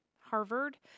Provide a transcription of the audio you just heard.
Harvard